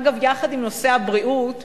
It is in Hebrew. אגב יחד עם נושא הבריאות,